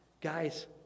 Guys